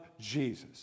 Jesus